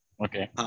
Okay